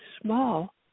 small